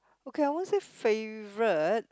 okay I won't say favorite